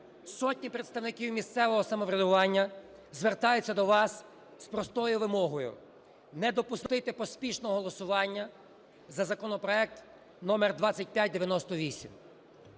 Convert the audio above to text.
Сотні представників місцевого самоврядування звертаються до вас з простою вимогою: не допустити поспішного голосування за законопроект номер 2598,